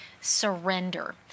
surrender